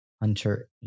hunter